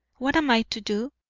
what am i to do?